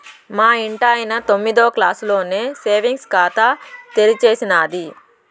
మా ఇంటాయన తొమ్మిదో క్లాసులోనే సేవింగ్స్ ఖాతా తెరిచేసినాది